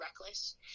reckless